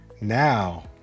Now